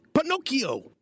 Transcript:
Pinocchio